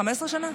15 שנה?